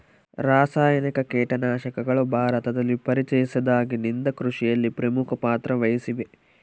ರಾಸಾಯನಿಕ ಕೇಟನಾಶಕಗಳು ಭಾರತದಲ್ಲಿ ಪರಿಚಯಿಸಿದಾಗಿನಿಂದ ಕೃಷಿಯಲ್ಲಿ ಪ್ರಮುಖ ಪಾತ್ರ ವಹಿಸಿವೆ